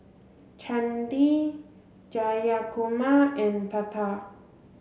Chandi Jayakumar and Tata